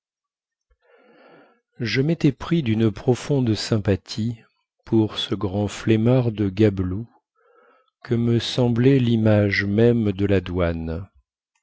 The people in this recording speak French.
je métais pris dune profonde sympathie pour ce grand flemmard de gabelou que me semblait limage même de la douane